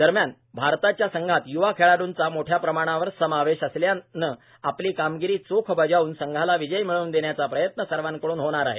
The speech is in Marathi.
दरम्यान भारताच्या संघात युवा खेळाडूंचा मोठया प्रमाणावर समावेश असल्यानं आपली कामगिरी चोख बजावून संघाला विजय मिळवून देण्याचा प्रयत्न सर्वांकडून होणार आहे